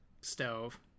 stove